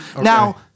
Now